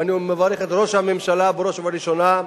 ואני מברך את ראש הממשלה בראש ובראשונה,